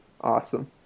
awesome